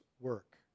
work